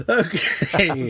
okay